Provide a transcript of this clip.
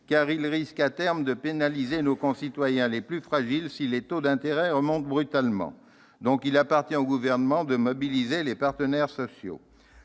car il risque, à terme, de pénaliser nos concitoyens les plus fragiles si les taux d'intérêt remontent brutalement. Il appartient au Gouvernement de mobiliser les partenaires sociaux